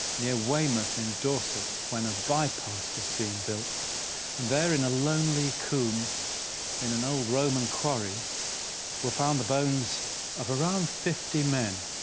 near weymouth in dorset when a bypass was being built and there in a lonely combe in an old roman quarry were found the bones of around fifty men.